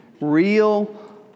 real